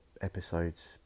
episodes